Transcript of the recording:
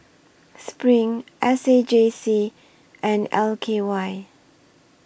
SPRING S A J C and L K Y